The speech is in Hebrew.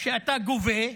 שאתה גובה,